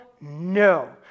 No